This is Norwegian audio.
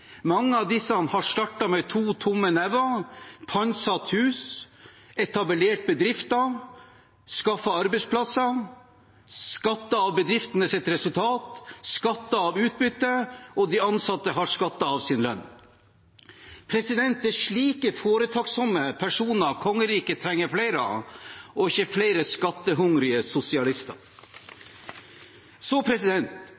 Mange av dem har startet med to tomme never, har pantsatt hus, etablert bedrifter, skaffet arbeidsplasser, skattet av bedriftenes resultat og skattet av utbyttet, og de ansatte har skattet av sin lønn. Det er slike foretaksomme personer kongeriket trenger flere av, og ikke flere skattehungrige